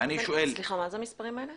אני שואל --- סליחה, מה זה המספרים האלה